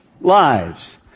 lives